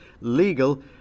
legal